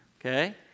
Okay